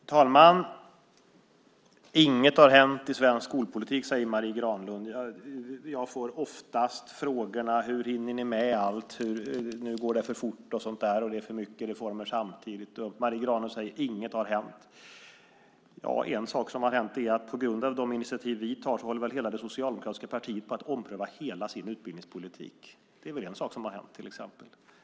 Fru talman! Inget har hänt i svensk skolpolitik, säger Marie Granlund. Jag får oftast höra: Hur hinner ni med allt? Nu går det för fort. Det är för många reformer samtidigt. Marie Granlund säger: Inget har hänt. En sak som har hänt är att på grund av de initiativ som vi tar håller det socialdemokratiska partiet på att ompröva hela sin utbildningspolitik. Det är en sak som har hänt.